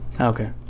okay